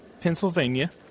Pennsylvania